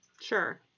sure